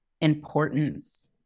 importance